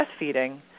breastfeeding